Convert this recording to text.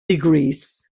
degrees